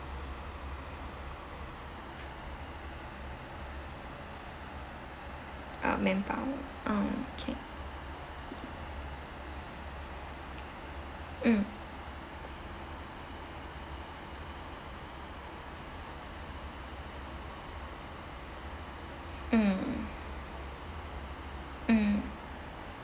uh manpower uh okay mm mm mm